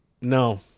No